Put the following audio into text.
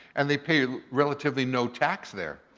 and they pay relatively no tax there.